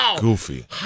Goofy